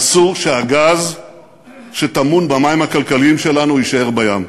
אסור שהגז שטמון במים הכלכליים שלנו יישאר בים,